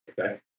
okay